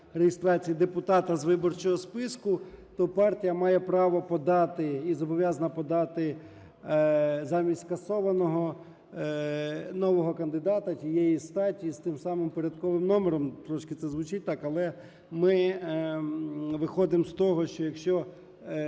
реєстрації депутата з виборчого списку, то партія має право подати і зобов'язана подати замість скасованого нового кандидата тієї статі з тим самим порядковим номером. Трошки це звучить так, але ми виходимо з того, що якщо